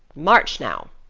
march, now.